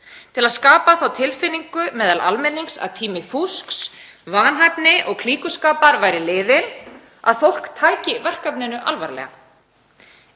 til að skapa þá tilfinningu meðal almennings að tími fúsks, vanhæfni og klíkuskapar væri liðinn, að fólk tæki verkefninu alvarlega.